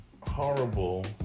horrible